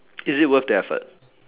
is it worth the effort